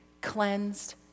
cleansed